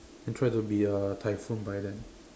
and try to be a typhoon by then